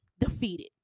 defeated